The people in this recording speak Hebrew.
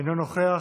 אינו נוכח,